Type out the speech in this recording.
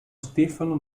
stefano